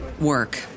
work